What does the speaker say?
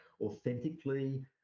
authentically